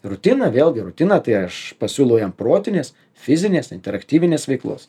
rutina vėlgi rutina tai aš pasiūlau jam protinės fizinės interaktyvinės veiklos